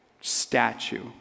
statue